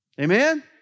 Amen